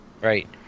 Right